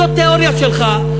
זו תיאוריה שלך,